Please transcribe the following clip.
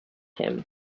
him